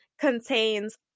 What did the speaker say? contains